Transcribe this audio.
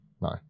No